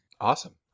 Awesome